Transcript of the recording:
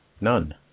None